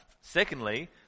Secondly